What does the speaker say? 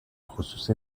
خصوص